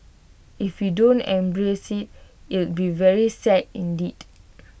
if we don't embrace IT it'll be very sad indeed